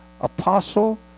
apostle